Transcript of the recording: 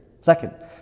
Second